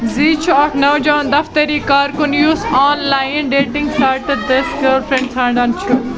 زِی چھُ اَکھ نوجوان دفتری کارکُن یُس آن لائن ڈیٹنٛگ سائٹہِ دٔسۍ گرل فرینڈ ژھانٛڈان چھُ